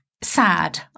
sad